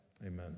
amen